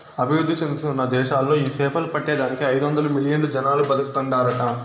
అభివృద్ధి చెందుతున్న దేశాలలో ఈ సేపలు పట్టే దానికి ఐదొందలు మిలియన్లు జనాలు బతుకుతాండారట